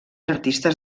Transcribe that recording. artistes